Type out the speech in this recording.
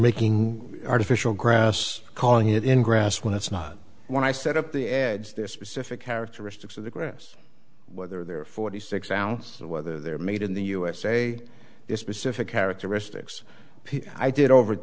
making artificial grass calling it in grass when it's not when i set up the ads there specific characteristics of the grass whether they're forty six ounce or whether they're made in the usa specific characteristics i did over